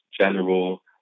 general